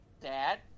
Dad